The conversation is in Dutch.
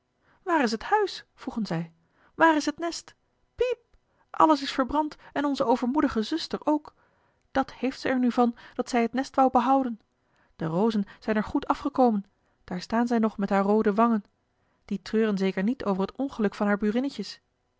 waar is het huis vroegen zij waar is het nest piep alles is verbrand en onze overmoedige zuster ook dat heeft zij er nu van dat zij het nest wou behouden de rozen zijn er goed afgekomen daar staan zij nog met haar roode wangen die treuren zeker niet over het ongeluk van haar